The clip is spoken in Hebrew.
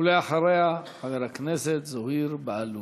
ואחריה, חבר הכנסת זוהיר בהלול.